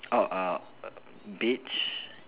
oh err beige